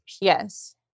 Yes